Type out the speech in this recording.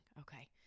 Okay